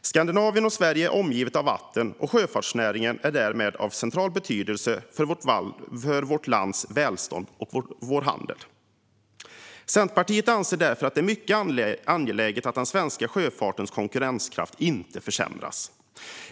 Skandinavien och Sverige är omgivet av vatten, och sjöfartsnäringen är därmed av central betydelse för vårt lands välstånd och handel. Centerpartiet anser därför att det är mycket angeläget att den svenska sjöfartens konkurrenskraft inte försämras.